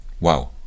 Wow